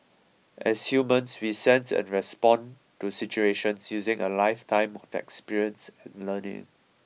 as humans we sense and respond to situations using a lifetime of experience and learning